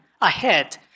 ahead